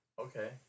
Okay